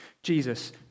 Jesus